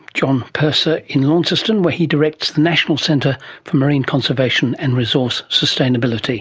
john purser in launceston where he directs the national centre for marine conservation and resource sustainability